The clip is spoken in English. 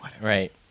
Right